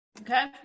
Okay